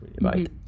right